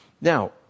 now